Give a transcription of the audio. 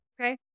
Okay